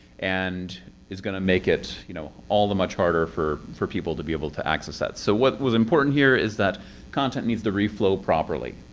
and it's gonna make it you know all the much harder for for people to be able to access that. so what was important here is that content needs to reflow properly.